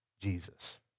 Jesus